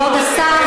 כבוד השר,